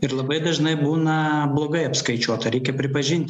ir labai dažnai būna blogai apskaičiuota reikia pripažint